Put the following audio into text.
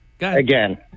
again